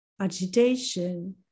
agitation